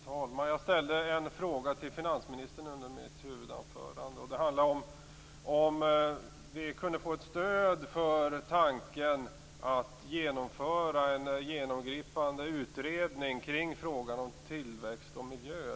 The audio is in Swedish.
Herr talman! Jag ställde en fråga till finansministern under mitt huvudanförande. Det gällde om vi kunde få ett stöd för tanken att genomföra en genomgripande utredning kring frågan om tillväxt och miljö.